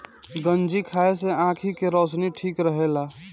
गंजी खाए से आंखी के रौशनी ठीक रहेला